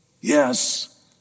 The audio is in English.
Yes